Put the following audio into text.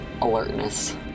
alertness